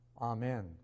Amen